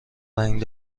رنگ